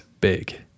big